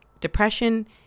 depression